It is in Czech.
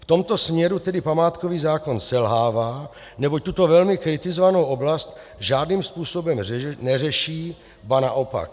V tomto směru tedy památkový zákon selhává, neboť tuto velmi kritizovanou oblast žádným způsobem neřeší, ba naopak.